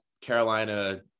Carolina